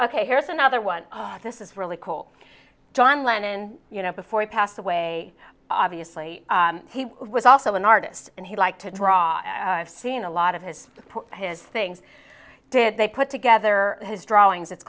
ok here's another one this is really cool john lennon you know before he passed away obviously he was also an artist and he liked to draw seen a lot of his his things did they put together his drawings it's